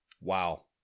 Wow